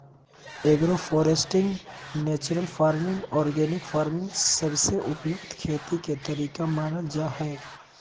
agro foresting, natural farming, organic farming सबसे उपयुक्त खेती के तरीका मानल जा हय